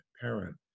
parent